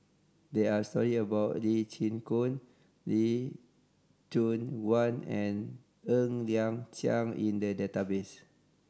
there are stories about Lee Chin Koon Lee Choon Guan and Ng Liang Chiang in the database